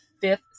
fifth